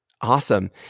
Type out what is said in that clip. Awesome